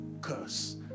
curse